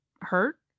hurt